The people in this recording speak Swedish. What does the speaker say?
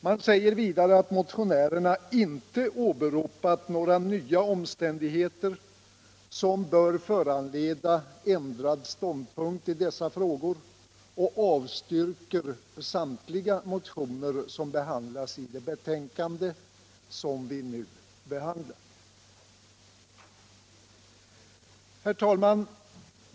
Man säger vidare att motionärerna inte 32 åberopat några nya omständigheter som bör föranleda ändrad ståndpunkt i dessa frågor och avstyrker samtliga de motioner som redovisas i det betänkande vi nu behandlar. Herr talman!